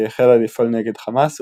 כי החלה לפעול נגד חמאס,